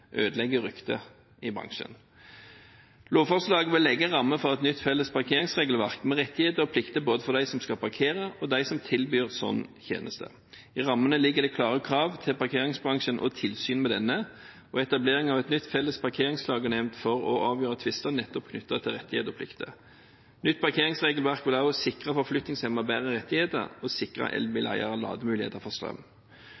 ødelegger ryktet til bransjen. Lovforslaget vil legge en ramme for et nytt felles parkeringsregelverk med rettigheter og plikter både for dem som skal parkere, og dem som tilbyr slik tjeneste. I rammene ligger det klare krav til parkeringsbransjen og tilsyn med denne og etablering av en ny felles parkeringsklagenemnd for å avgjøre tvister nettopp knyttet til rettigheter og plikter. Nytt parkeringsregelverk vil også sikre forflytningshemmede bedre rettigheter og